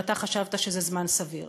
שאתה חשבת שזה זמן סביר.